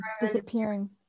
disappearing